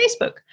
Facebook